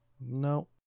No